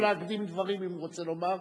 אדוני יכול להקדים דברים אם הוא רוצה לומר,